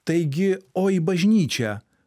taigi o į bažnyčią